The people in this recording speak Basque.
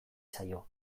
zaio